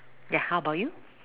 ya how about you